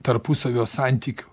tarpusavio santykių